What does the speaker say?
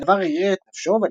והדבר ערער את נפשו,